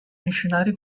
missionary